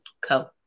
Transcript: Co